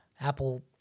Apple